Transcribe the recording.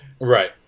Right